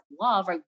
love